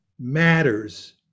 matters